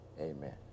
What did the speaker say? amen